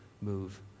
move